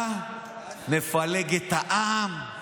אתה מפלג את העם.